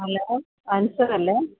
hello Ansar അല്ലെ